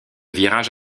virage